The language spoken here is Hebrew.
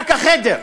רק החדר.